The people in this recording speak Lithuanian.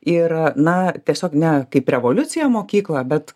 ir na tiesiog ne kaip revoliucija mokykla bet